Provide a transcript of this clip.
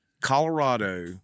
Colorado